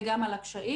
וגם על הקשיים,